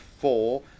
four